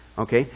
Okay